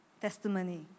testimony